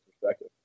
perspective